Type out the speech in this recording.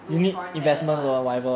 use foreigner talent [what]